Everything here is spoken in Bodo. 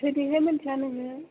सोरनिफ्राय मोनथिया नोङो